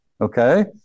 Okay